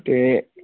ते